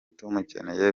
tumukeneye